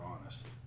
honest